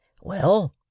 Well